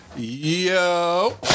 Yo